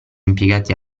impiegati